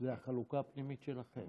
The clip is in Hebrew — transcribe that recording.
זה החלוקה הפנימית שלכם.